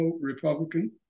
Republican